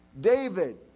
David